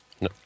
No